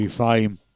Fame